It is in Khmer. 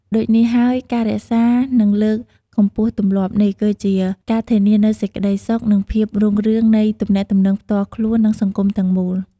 ដូចនេះហើយ ការរក្សា និងលើកកម្ពស់ទម្លាប់នេះ គឺជាការធានានូវសេចក្ដីសុខ និងភាពរុងរឿងនៃទំនាក់ទំនងផ្ទាល់ខ្លួន និងសង្គមទាំងមូល។